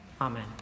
Amen